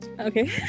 okay